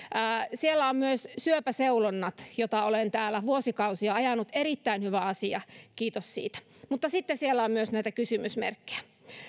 siellä on myös syöpäseulonnat joita olen täällä vuosikausia ajanut erittäin hyvä asia kiitos siitä mutta sitten siellä on myös näitä kysymysmerkkejä